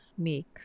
Make